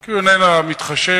כי הוא איננו מתחשב,